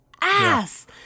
ass